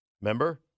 remember